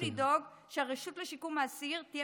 עלינו לדאוג שהרשות לשיקום האסיר תהיה